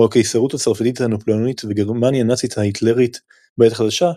או הקיסרות הצרפתית הנפולאונית וגרמניה הנאצית ההיטלראית בעת החדשה,